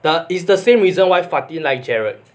that is the same reason why fatin like gerald